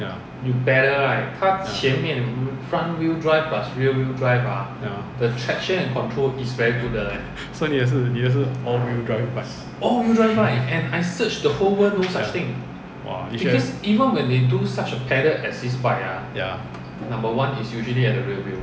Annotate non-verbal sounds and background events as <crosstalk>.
ya ya ya <laughs> so 你的是 all wheel drive bike <laughs> !wah! ya